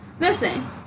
Listen